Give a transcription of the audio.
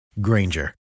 Granger